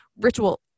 ritual